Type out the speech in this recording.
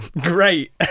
great